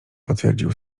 potwierdził